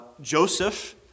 Joseph